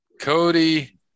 Cody